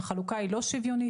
החלוקה היא לא שוויונית.